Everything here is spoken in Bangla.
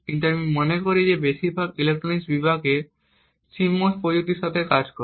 কিন্তু আমি মনে করি বেশিরভাগ ইলেকট্রনিক ডিভাইস CMOS প্রযুক্তির সাথে কাজ করে